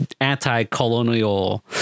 anti-colonial